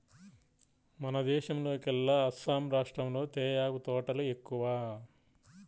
మన దేశంలోకెల్లా అస్సాం రాష్టంలో తేయాకు తోటలు ఎక్కువ